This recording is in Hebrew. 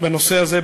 בנושא הזה.